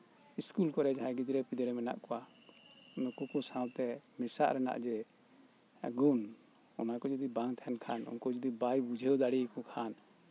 school ᱠᱚᱨᱮ ᱡᱟᱸᱦᱟᱭ ᱜᱤᱫᱽᱨᱟᱹ ᱯᱤᱫᱽᱨᱟᱹ ᱢᱮᱱᱟᱜ ᱠᱚᱣᱟ ᱩᱱᱠᱩ ᱠᱚ ᱥᱟᱶᱛᱮ ᱢᱮᱥᱟᱜ ᱨᱮᱱᱟᱜ ᱡᱮ ᱜᱩᱱ ᱚᱱᱟᱠᱚ ᱡᱚᱫᱤ ᱵᱟᱝ ᱛᱟᱸᱦᱮᱱ ᱠᱷᱟᱱ ᱩᱱᱠᱩ ᱡᱚᱫᱤ ᱵᱟᱭ ᱵᱩᱡᱷᱟᱹᱣ ᱫᱟᱲᱮ ᱟᱠᱚ ᱠᱷᱟᱱ